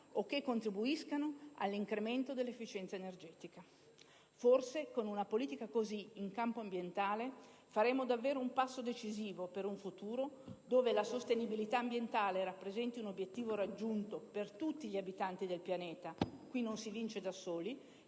o che contribuiscano all'incremento dell'efficienza energetica. Forse, con una politica così faremmo davvero un passo decisivo in campo ambientale verso un futuro dove la sostenibilità ambientale rappresenti un obiettivo raggiunto per tutti gli abitanti del pianeta - qui non si vince da soli